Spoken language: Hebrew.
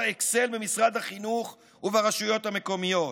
האקסל במשרד החינוך וברשויות המקומיות.